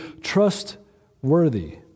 trustworthy